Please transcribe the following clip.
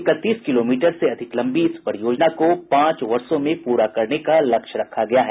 इकतीस किलोमीटर से अधिक लम्बी इस परियोजना को पांच वर्षों में पूरा करने का लक्ष्य रखा गया है